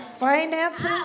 Finances